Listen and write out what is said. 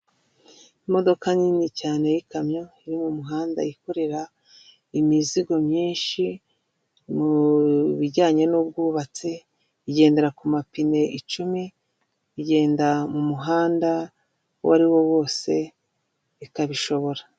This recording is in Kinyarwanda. Imodoka nini cyane y'ikamyo iri mu muhanda yikorera imizigo myinshi mu bijyanye n'ubwubatsi, igendera ku mapine icumi, igenda mu muhanda uwo ariwo wose ikabishobora.